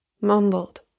Mumbled